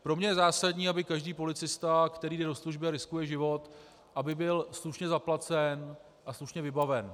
Pro mě je zásadní, aby každý policista, který jde do služby a riskuje život, byl slušně zaplacen a slušně vybaven.